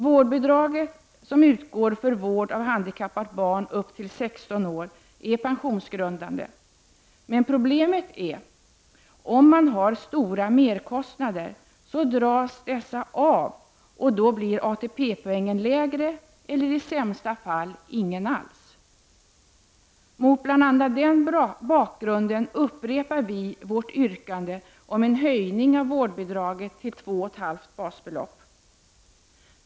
Vårdbidraget som utgår för vård av handikappat barn upp till 16 år är pensionsgrundande. Men problemet är att om man har stora merkostnader dras dessa av, och då blir ATP-poängen lägre eller i sämsta fall ingen alls. Mot bl.a. den bakgrunden upprepar vi vårt yrkande om en höjning av vårdbidraget till 2,5 basbelopp.